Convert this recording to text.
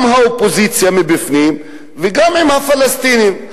גם האופוזיציה מבפנים, וגם עם הפלסטינים.